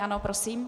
Ano, prosím.